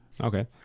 Okay